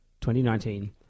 2019